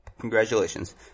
Congratulations